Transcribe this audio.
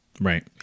right